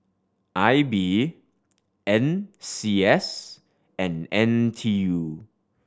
I B N C S and N T U